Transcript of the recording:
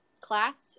Class